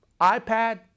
iPad